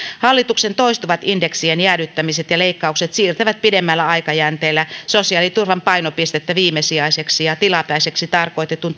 hallituksen toistuvat indeksien jäädyttämiset ja leikkaukset siirtävät pidemmällä aikajänteellä sosiaaliturvan painopistettä viimesijaiseksi ja tilapäiseksi tarkoitetun